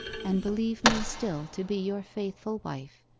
and believe me still to be your faithful wife,